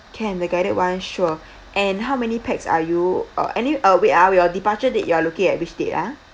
can the guided one sure and how many pax are you uh any uh wait ah your departure date you are looking at which date ah